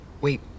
Wait